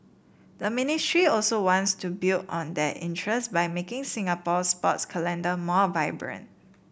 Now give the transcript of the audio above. the ministry also wants to build on that interest by making Singapore's sports calendar more vibrant